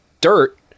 dirt